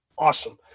Awesome